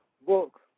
books